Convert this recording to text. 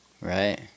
Right